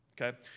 Okay